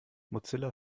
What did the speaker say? mozilla